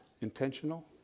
intentional